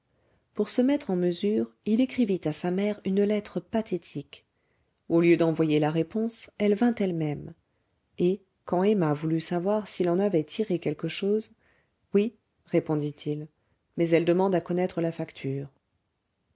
pour se mettre en mesure il écrivit à sa mère une lettre pathétique au lieu d'envoyer la réponse elle vint elle-même et quand emma voulut savoir s'il en avait tiré quelque chose oui répondit-il mais elle demande à connaître la facture